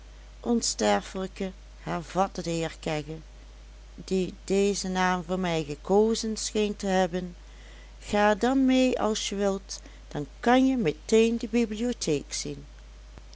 onsterfelijke hervatte de heer kegge die dezen naam voor mij gekozen scheen te hebben ga dan mee als je wilt dan kanje meteen de bibliotheek zien